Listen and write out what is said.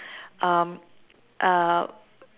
um uh